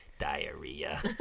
diarrhea